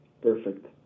perfect